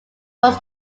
was